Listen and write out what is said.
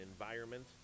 environment